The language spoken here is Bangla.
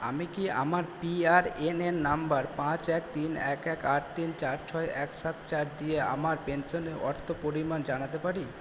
আমি কি আমার পিআরএনএন নম্বর পাঁচ এক তিন এক এক আট তিন চার ছয় এক সাত চার দিয়ে আমার পেনশনের অর্থ পরিমাণ জানাতে পারি